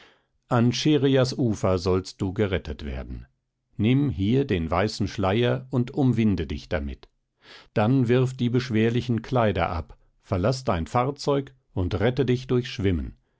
scherias ufer sollst du gerettet werden nimm hier den weißen schleier und umwinde dich damit dann wirf die beschwerlichen kleider ab verlaß dein fahrzeug und rette dich durch schwimmen